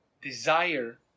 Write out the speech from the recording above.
desire